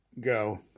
go